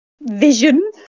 vision